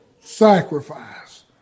sacrifice